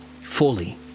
fully